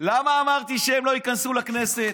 למה אמרתי שהם לא ייכנסו לכנסת?